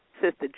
Sister